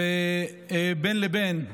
בין לבין,